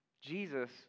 Jesus